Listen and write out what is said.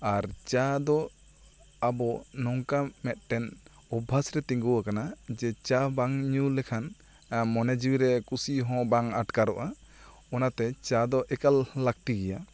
ᱟᱨ ᱪᱟ ᱫᱚ ᱟᱵᱚ ᱱᱚᱝᱠᱟᱱ ᱢᱤᱫ ᱴᱮᱱ ᱩᱵᱵᱷᱟᱥ ᱨᱮ ᱛᱤᱜᱩ ᱟᱠᱟᱱᱟ ᱡᱮ ᱪᱟ ᱵᱟᱝ ᱧᱩ ᱞᱮᱠᱷᱟᱱ ᱢᱚᱱᱮ ᱡᱤᱣᱤ ᱨᱮ ᱠᱩᱥᱤ ᱦᱚᱸ ᱵᱟᱝ ᱟᱴᱠᱟᱨᱚᱜ ᱟ ᱚᱱᱟᱛᱮ ᱪᱟ ᱫᱚ ᱮᱠᱟᱞ ᱞᱟᱹᱠᱛᱤ ᱜᱮᱭᱟ